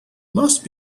must